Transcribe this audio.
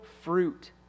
fruit